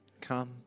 Come